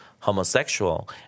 homosexual